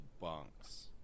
bunks